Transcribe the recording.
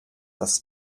das